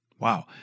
Wow